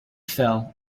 fell